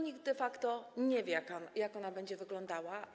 Nikt de facto nie wie, jak ona będzie wyglądała.